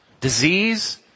disease